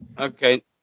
Okay